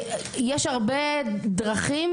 יש הרבה דרכים,